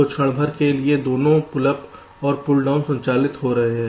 तो क्षण भर के लिए दोनों पुल अप और पुल डाउन संचालित हो रहे हैं